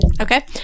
Okay